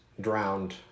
drowned